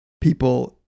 people